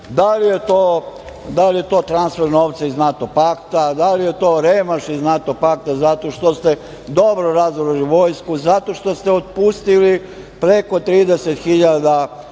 da li je to transfer novca iz NATO pakta, da li je … iz NATO pakta zato što ste dobro razoružali vojsku, zato što ste otpustili preko 30 hiljada